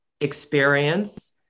experience